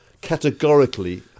categorically